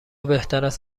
بهتراست